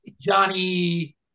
Johnny